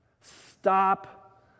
stop